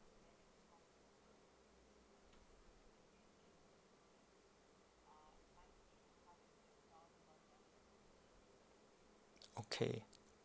okay